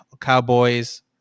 cowboys